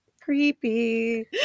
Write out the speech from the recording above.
Creepy